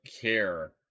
care